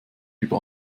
über